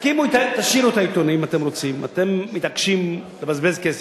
אתם מתעקשים לבזבז כסף,